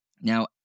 Now